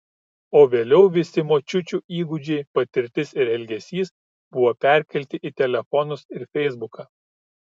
o vėliau visi močiučių įgūdžiai patirtis ir elgesys buvo perkelti į telefonus ir feisbuką